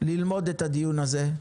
ללמוד את הדיון הזה,